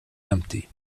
empty